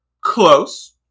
close